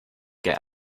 get